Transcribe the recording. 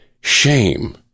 Shame